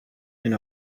and